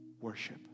worship